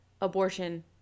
abortion